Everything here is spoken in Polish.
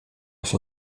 się